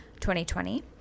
2020